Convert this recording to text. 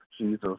Jesus